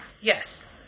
yes